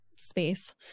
space